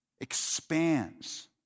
expands